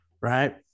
Right